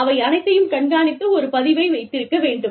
அவை அனைத்தையும் கண்காணித்து ஒரு பதிவை வைத்திருக்க வேண்டும்